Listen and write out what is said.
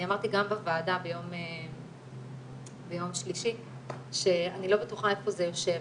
אני אמרתי גם בוועדה ביום שלישי שאני לא בטוחה איפה זה יושב,